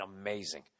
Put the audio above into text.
amazing